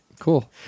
Cool